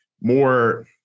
more